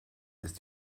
ist